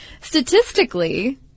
statistically